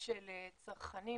של צרכנים,